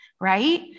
right